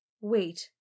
Wait